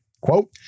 Quote